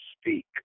speak